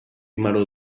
maror